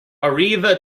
arriva